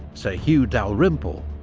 sir hew dalrymple,